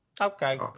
Okay